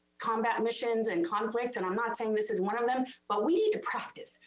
combat missions and conflicts. and i'm not saying this is one of them, but we need to practice.